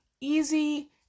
easy